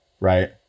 Right